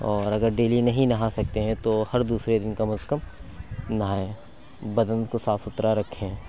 اور اگر ڈیلی نہیں نہا سکتے ہیں تو ہر دوسرے دِن کم از کم نہائیں بدن کو صاف سُتھرا رکھیں